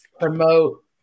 promote